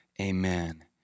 Amen